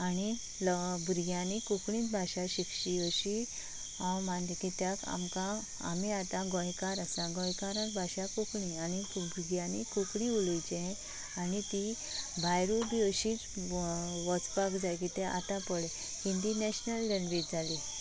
आनी भुरग्यांनी कोंकणींत भाशा शिकची अशीं हांव मानता कित्याक आमकां आमी आतां गोंयकार आसा गोंयकार भाशा कोंकणी आनी भुरग्यांनी कोंकणी उलोवचें आनी तीं भायरूय बी अशींच वचपाक जाय कित्याक आतां पळय हिंदी नॅशनल लेंग्वेज जाली